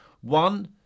One